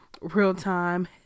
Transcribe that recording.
real-time